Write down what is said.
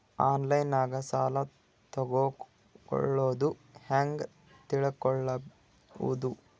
ಆನ್ಲೈನಾಗ ಸಾಲ ತಗೊಳ್ಳೋದು ಹ್ಯಾಂಗ್ ತಿಳಕೊಳ್ಳುವುದು?